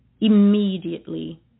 immediately